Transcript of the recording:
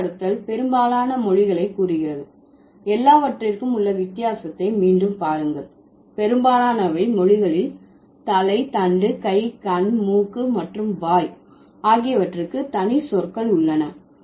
பொதுமைப்படுத்தல் பெரும்பாலான மொழிகளை கூறுகிறது எல்லாவற்றிற்கும் உள்ள வித்தியாசத்தை மீண்டும் பாருங்கள் பெரும்பாலானவை மொழிகளில் தலை தண்டு கை கண் மூக்கு மற்றும் வாய் ஆகியவற்றுக்கு தனி சொற்கள் உள்ளன